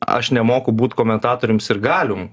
aš nemoku būt komentatorium sirgalium